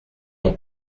mon